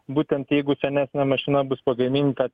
būtent jeigu senes mašina bus pageminta